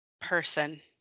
person